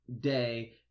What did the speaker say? day